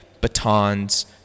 batons